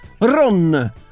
run